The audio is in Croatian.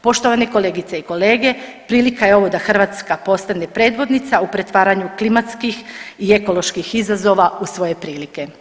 Poštovani kolegice i kolege, prilika je ovo da Hrvatska postane predvodnica u pretvaranju klimatskih i ekoloških izazova u svoje prilike.